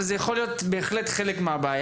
אבל זה יכול להיות בהחלט חלק מהבעיה.